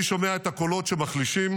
אני שומע את הקולות שמחלישים,